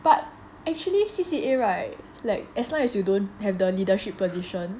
but actually C_C_A [right] like as long as you don't have the leadership position